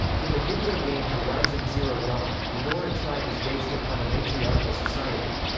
in the video game horizon zero dawn, the nora tribe is based upon a matriarchal society.